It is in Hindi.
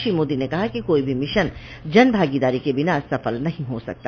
श्री मोदी ने कहा कि कोई भी मिशन जन भागीदारी के बिना सफल नहीं हो सकता